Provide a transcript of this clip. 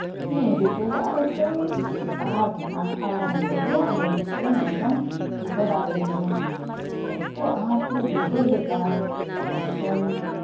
ᱦᱮᱸ ᱰᱩᱵᱟᱹ ᱫᱟᱜ ᱨᱮᱫᱚᱧ ᱯᱟᱲᱟᱣ ᱞᱮᱱᱟ ᱯᱟᱲᱟᱣ ᱞᱮᱱᱟ ᱟᱞᱮ ᱱᱚᱸᱰᱮ ᱢᱤᱫ ᱫᱚᱢ ᱰᱩᱵᱟᱹ ᱫᱟᱜ ᱦᱩᱭ ᱞᱮᱱᱟ ᱮᱛᱚ ᱟᱸᱴᱮ ᱰᱩᱵᱟᱹ ᱞᱮᱫᱟ ᱮᱠᱫᱚᱢ